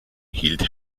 hielt